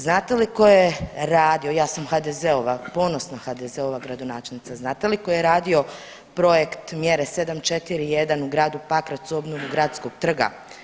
Znate li tko je radio, ja sam HDZ-ova, ponosna HDZ-ova gradonačelnica, znate li tko je radio projekt mjere 741 u gradu Pakracu, obnovi gradskog trga?